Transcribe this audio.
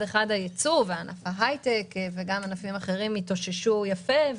אחד הייצוא וענף ההייטק וגם ענפים אחרים התאוששו יפה,